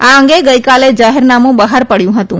આ અંગે ગઈકાલે જાહેરનામું બહાર પડ્યું હતું